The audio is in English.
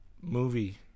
movie